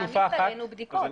זה יעמיס עלינו בדיקות.